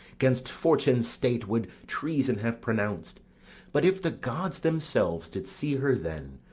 gainst fortune's state would treason have pronounc'd but if the gods themselves did see her then,